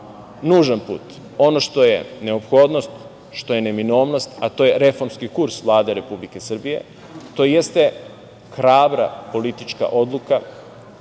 nužan put, ono što je neophodnost, što je neminovnost, a to je reformski kurs Vlade Republike Srbije. To jeste hrabra politička odluka,